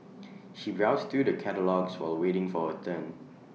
she browsed through the catalogues while waiting for her turn